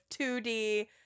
2d